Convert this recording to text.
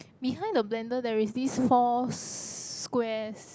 behind the blender there is this four squares